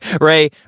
Ray